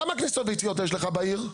כמה כניסות ויציאות יש לך בעיר?